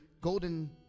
golden